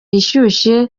ishyushye